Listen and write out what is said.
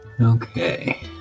Okay